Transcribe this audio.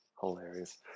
hilarious